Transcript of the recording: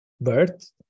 birth